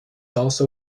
also